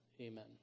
Amen